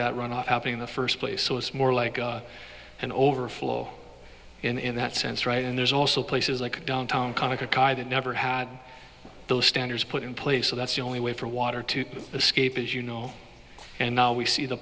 that runoff happening in the first place so it's more like an overflow in that sense right and there's also places like downtown concord guy that never had those standards put in place so that's the only way for water to escape as you know and now we see the